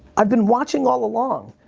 i've been watching all along.